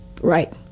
right